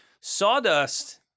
Sawdust